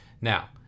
Now